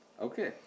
Okay